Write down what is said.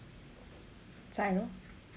加油